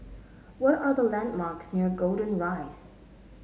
what are the landmarks near Golden Rise